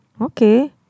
okay